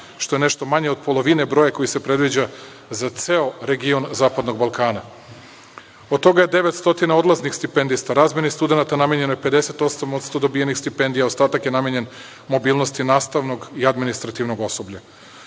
što je nešto manje od polovine broja koji se predviđa za ceo region zapadnog Balkana. Od toga je 900 odlaznih stipendista, razmeni studenata namenjeno je 50% dobijenih stipendija, a ostatak je namenjen mobilnosti nastavnog i administrativnog